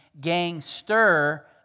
gangster